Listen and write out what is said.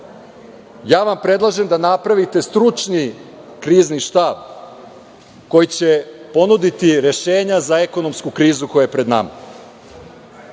ja vam predlažem da napravite stručni krizni štab koji će ponuditi rešenja za ekonomsku krizu koja je pred nama.